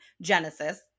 Genesis